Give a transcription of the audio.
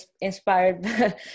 inspired